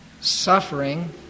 suffering